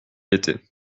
était